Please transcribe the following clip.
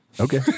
Okay